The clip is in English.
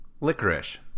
Licorice